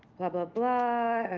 blah, blah, blah,